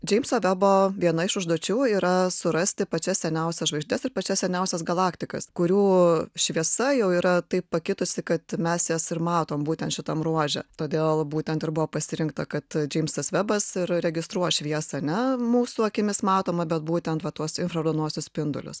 džeimso vebo viena iš užduočių yra surasti pačias seniausias žvaigždes ir pačias seniausias galaktikas kurių šviesa jau yra taip pakitusi kad mes jas ir matom būtent šitam ruože todėl būtent ir buvo pasirinkta kad džeimsas vebas ir registruoja šviesą ne mūsų akimis matomą bet būtent va tuos infraraudonuosius spindulius